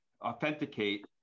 authenticate